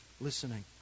listening